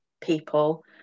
people